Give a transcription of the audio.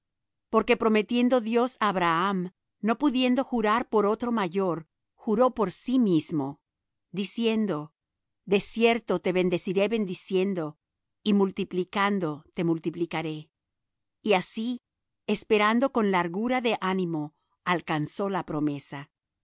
porque prometiendo dios á abraham no pudiendo jurar por otro mayor juró por sí mismo diciendo de cierto te bendeciré bendiciendo y multiplicando te multiplicaré y así esperando con largura de ánimo alcanzó la promesa